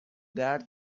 درد